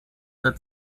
der